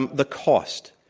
um the cost.